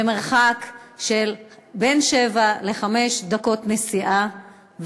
במרחק של בין חמש לשבע דקות נסיעה,